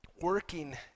working